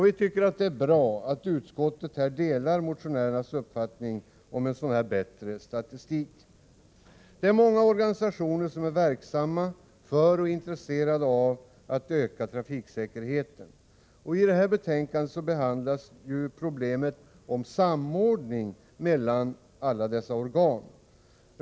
Vi tycker att det är bra att utskottet här delar motionärernas uppfattning om en bättre statistik. Många organisationer är verksamma för och intresserade av att öka trafiksäkerheten. Detta betänkande handlar om problemet med samordning mellan dessa organ.